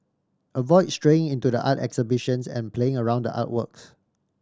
avoid straying into the art exhibitions and playing around the artworks